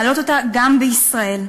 להעלות אותה גם בישראל,